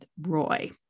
Roy